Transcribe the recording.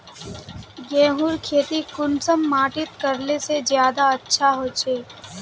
गेहूँर खेती कुंसम माटित करले से ज्यादा अच्छा हाचे?